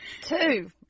Two